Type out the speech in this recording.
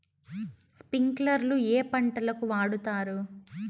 స్ప్రింక్లర్లు ఏ పంటలకు వాడుతారు?